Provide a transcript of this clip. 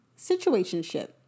Situationship